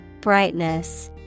Brightness